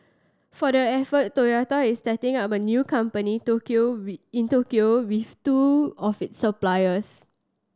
for the effort Toyota is setting up a new company Tokyo in Tokyo with two of its suppliers